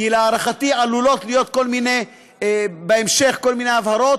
כי להערכתי עלולות להיות בהמשך כל מיני הבהרות,